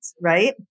right